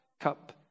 cup